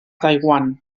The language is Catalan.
taiwan